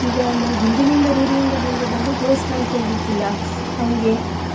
ಈಗ ನಾವು ಹಿಂದಿನಿಂದ ರೂಢಿಯಿಂದ ಬಂದದ್ದು ಅಂದರೆ ದೇವ್ಸ್ಥಾನ್ಕೆ ಹೋಗುಕೆ ಇಲ್ಲ ಹಾಗೇ